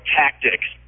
tactics